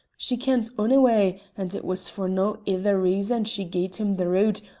she kent onyway, and it was for no ither reason she gie'd him the route,